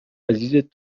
عزیزت